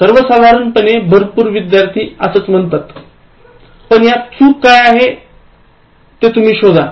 सर्वसाधारणपणे भरपूर विद्यार्थी असाच म्हणतात पण यात चूक काय आहे ते शोधा